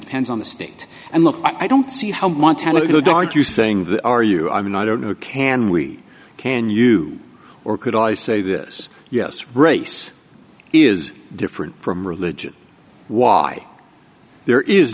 depends on the state and look i don't see how montana guard you saying that are you i mean i don't know can we can you or could i say this yes race is different from religion why there is